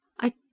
I